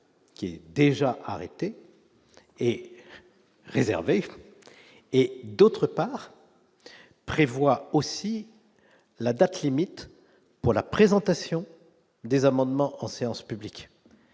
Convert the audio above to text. qui est déjà arrêté et réservé et d'autre part. Il prévoit aussi la date limite pour la présentation des amendements en séance publique,